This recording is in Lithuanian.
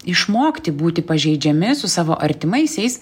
išmokti būti pažeidžiami su savo artimaisiais